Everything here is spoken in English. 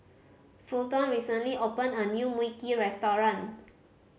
Fulton recently opened a new Mui Kee restaurant